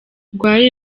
rwari